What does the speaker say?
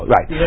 Right